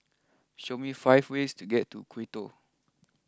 show me five ways to get to Quito